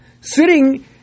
sitting